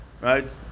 right